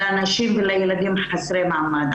לאנשים וילדים חסרי מעמד.